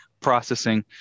processing